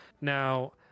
Now